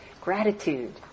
gratitude